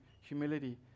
humility